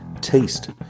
Taste